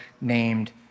named